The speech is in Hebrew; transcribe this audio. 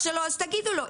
מהרווח שלו אז תגידו לו,